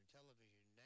television